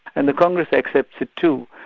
and the congress accepts it too.